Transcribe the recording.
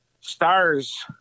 stars